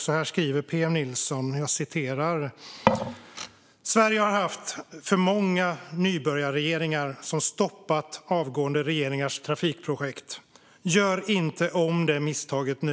Så här skriver PM Nilsson: "Sverige har haft för många nybörjarregeringar som stoppat avgående regeringars trafikprojekt. Gör inte om det misstaget nu.